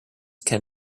can